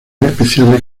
especiales